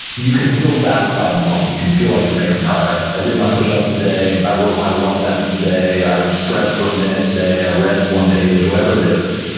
you can feel satisfied in the moment. you can feel like you're making progress. i did my pushups today. i wrote my one sentence today. i stretched for a minute today. i read one page, page, whatever it is.